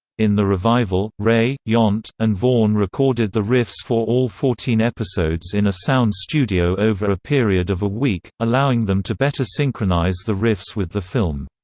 in the revival, ray, yount, and vaughn recorded the riffs for all fourteen episodes in a sound studio over a period of a week, allowing them to better synchronize the riffs with the film.